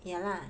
ya lah